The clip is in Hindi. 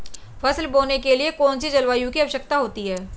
फसल बोने के लिए कौन सी जलवायु की आवश्यकता होती है?